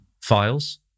files